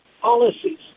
policies